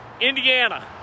Indiana